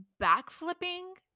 backflipping